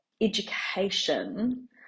education